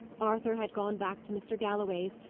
arthur had gone back to mr. galloway's,